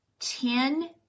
Ten